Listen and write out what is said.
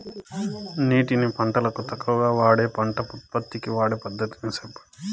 నీటిని పంటలకు తక్కువగా వాడే పంట ఉత్పత్తికి వాడే పద్ధతిని సెప్పండి?